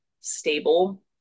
stable